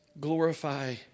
Glorify